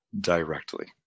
directly